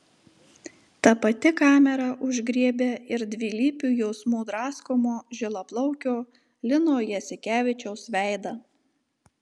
ta pati kamera užgriebė ir dvilypių jausmų draskomo žilaplaukio lino jasikevičiaus veidą